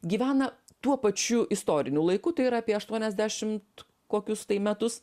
gyvena tuo pačiu istoriniu laiku tai yra apie aštuoniasdešimt kokius metus